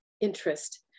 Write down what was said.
interest